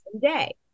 day